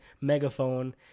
megaphone